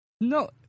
No